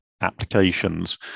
applications